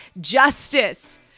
justice